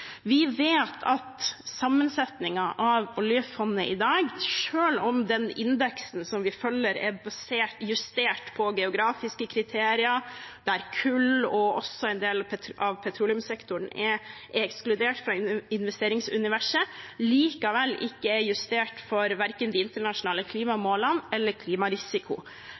Vi vet at sammensetningen av oljefondet i dag, selv om den indeksen vi følger, er justert på geografiske kriterier – der kull og også en del av petroleumssektoren er ekskludert fra investeringsuniverset – likevel ikke er justert for verken de internasjonale klimamålene eller klimarisiko.